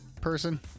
person